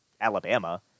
Alabama